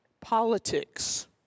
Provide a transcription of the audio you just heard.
politics